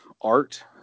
art